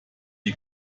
die